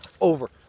over